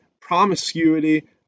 promiscuity